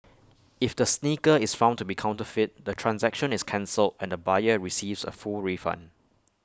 if the sneaker is found to be counterfeit the transaction is cancelled and the buyer receives A full refund